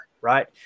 right